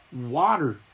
water